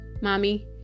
mommy